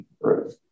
right